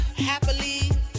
happily